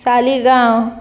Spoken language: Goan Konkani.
सालिगांव